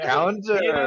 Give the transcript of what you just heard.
Counter